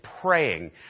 praying